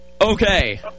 Okay